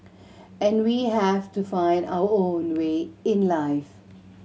and we have to find our own way in life